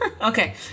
Okay